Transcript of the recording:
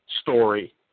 story